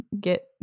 get